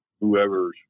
whoever's